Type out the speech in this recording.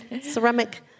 ceramic